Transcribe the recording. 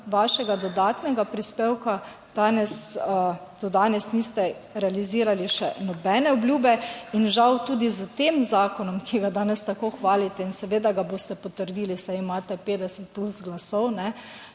vašega dodatnega prispevka danes, do danes niste realizirali še nobene obljube in žal tudi s tem zakonom, ki ga danes tako hvalite in seveda ga boste potrdili, saj imate 50+ glasov,